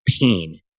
pain